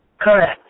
Correct